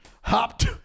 hopped